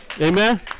Amen